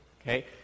Okay